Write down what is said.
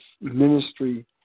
ministry